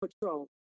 patrol